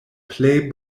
plej